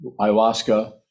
ayahuasca